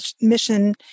mission